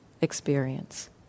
experience